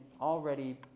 already